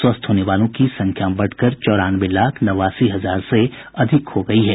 स्वस्थ होने वालों की संख्या बढ़कर चौरानवे लाख नवासी हजार से अधिक हो गयी है